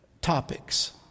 topics